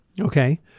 Okay